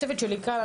הצוות שלי כאן.